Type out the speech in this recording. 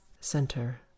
center